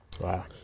Wow